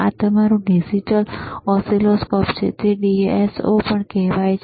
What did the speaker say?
આ તમારું digital oscilloscope છે તેને DSO પણ કહેવાય છે